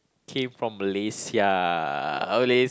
came from Malaysia